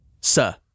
sir